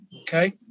Okay